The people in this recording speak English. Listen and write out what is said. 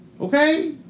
Okay